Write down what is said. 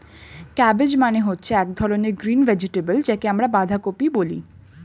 cabbage মানে হচ্ছে এক ধরনের গ্রিন ভেজিটেবল যাকে আমরা বাঁধাকপি বলি